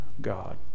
God